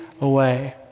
away